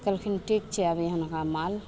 कहलखिन ठीक छै आब एहनका माल